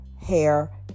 hair